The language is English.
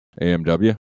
AMW